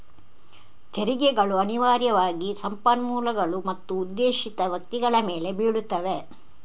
ತೆರಿಗೆಗಳು ಅನಿವಾರ್ಯವಾಗಿ ಸಂಪನ್ಮೂಲಗಳು ಮತ್ತು ಉದ್ದೇಶಿತ ವ್ಯಕ್ತಿಗಳ ಮೇಲೆ ಬೀಳುತ್ತವೆ